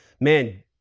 man